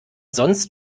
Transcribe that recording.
sonst